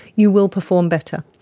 you will perform better.